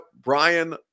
Brian